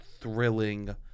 thrilling